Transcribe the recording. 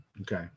Okay